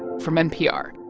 from npr